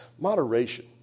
moderation